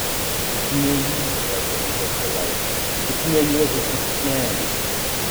tik ne jį grąžė rankas belaisvis tik ne juozą šikšnelį